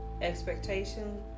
Expectation